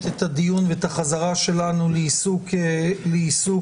את הדיון ואת החזרה שלנו לעיסוק בנושא.